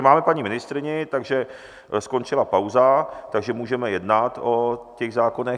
Máme paní ministryni, takže skončila pauza, tak můžeme jednat o těch zákonech.